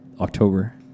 October